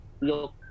look